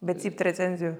be cypt recenzijų